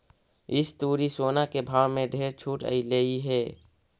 इस तुरी सोना के भाव में ढेर छूट अएलई हे